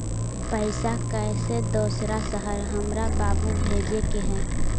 पैसा कैसै दोसर शहर हमरा बाबू भेजे के है?